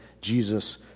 Jesus